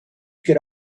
could